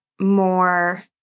more